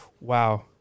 Wow